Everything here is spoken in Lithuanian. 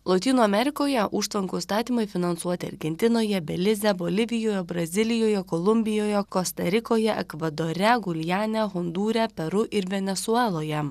lotynų amerikoje užtvankų atstatymui finansuoti argentinoje belize bolivijoje brazilijoje kolumbijoje kosta rikoje ekvadore guljene hondūre peru ir venesueloje